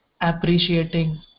appreciating